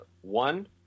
One